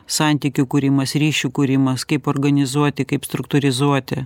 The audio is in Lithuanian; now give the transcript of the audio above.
santykių kūrimas ryšių kūrimas kaip organizuoti kaip struktūrizuoti